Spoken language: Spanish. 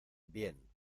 bien